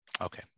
Okay